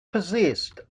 possessed